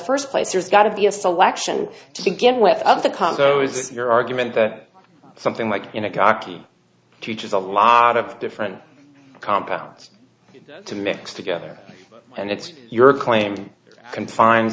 first place there's got to be a selection to begin with the congo is your argument that something like in a cocky future is a lot of different compounds to mix together and it's your claim confine